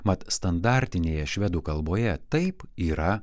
mat standartinėje švedų kalboje taip yra